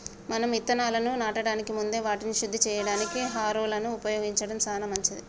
మనం ఇత్తనాలను నాటడానికి ముందే వాటిని శుద్ది సేయడానికి హారొలను ఉపయోగించడం సాన మంచిది